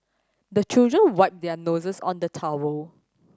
the children wipe their noses on the towel